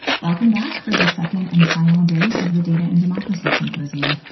welcome back for the second and final day of the data and democracy symposium,